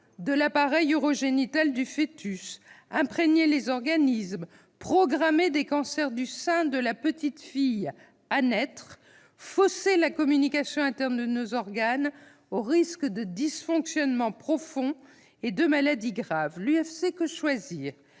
de l'appareil urogénital du foetus, imprégner les organismes, programmer des cancers du sein de la petite fille à naître, fausser la communication interne de nos organes, au risque de dysfonctionnements profonds et de maladies graves. L'vient de publier